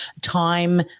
time